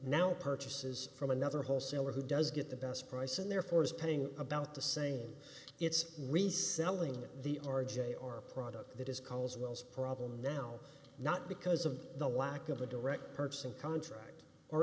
now purchases from another wholesaler who does get the best price and therefore is paying about the same it's reselling it the r j or product that is causing those problems now not because of the lack of a direct purchasing contract or